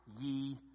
ye